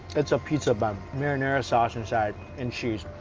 it's a pizza bun, marinara sauce inside and cheese.